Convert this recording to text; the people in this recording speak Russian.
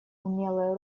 умелое